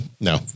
No